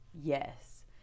yes